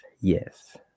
yes